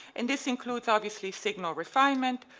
and this includes obviously signal refinement,